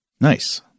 Nice